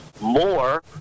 more